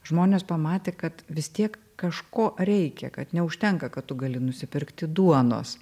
žmonės pamatė kad vis tiek kažko reikia kad neužtenka kad tu gali nusipirkti duonos